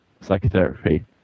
psychotherapy